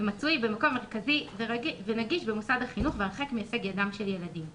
מצוי במקום מרכזי ונגיש במוסד החינוך והרחק מהישג ידם של ילדים כלומר,